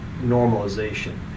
normalization